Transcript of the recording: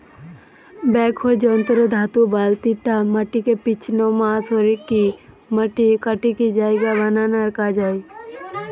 backhoe যন্ত্র রে ধাতু বালতিটা মাটিকে পিছনমা সরিকি মাটি কাটিকি জায়গা বানানার কাজ হয়